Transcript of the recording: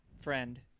friend